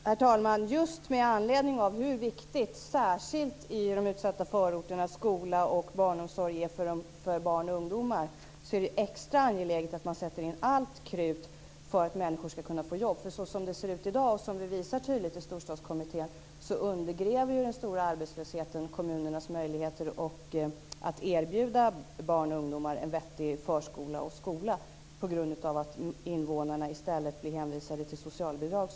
Herr talman! Just med anledning av hur viktiga skolan och barnomsorgen är för barn och ungdomar särskilt i de utsatta förorterna är det extra angeläget att man sätter in allt krut för att människor skall kunna få jobb. Som det ser ut i dag, som vi i Storstadskommittén tydligt visar, undergräver den stora arbetslösheten kommunernas möjligheter att erbjuda barn och ungdomar en vettig förskola och skola på grund av att invånarna i stället blir hänvisade till socialbidrag.